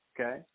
Okay